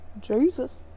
Jesus